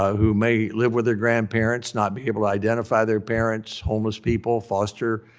who may live with their grandparents, not be able to identify their parents, homeless people, foster